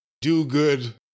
do-good